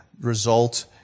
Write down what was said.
result